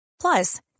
Plus